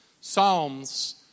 Psalms